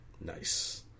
nice